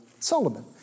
Solomon